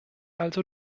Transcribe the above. also